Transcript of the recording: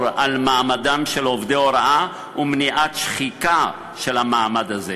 על מעמדם של עובדי הוראה ולמנוע שחיקה של המעמד הזה.